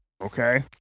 okay